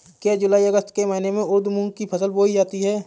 क्या जूलाई अगस्त के महीने में उर्द मूंग की फसल बोई जाती है?